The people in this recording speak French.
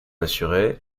assurer